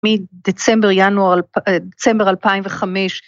מדצמבר, ינואר, דצמבר 2005.